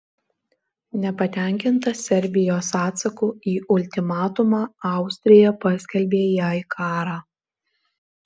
nepatenkinta serbijos atsaku į ultimatumą austrija paskelbė jai karą